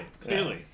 Clearly